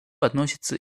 относится